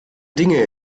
dinge